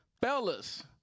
Fellas